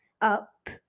up